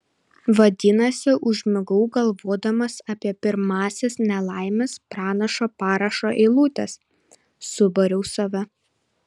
vadinasi užmigau galvodamas apie pirmąsias nelaimės pranašo parašo eilutes subariau save